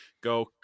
go